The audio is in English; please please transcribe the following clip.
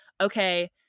okay